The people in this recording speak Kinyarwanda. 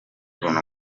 bruno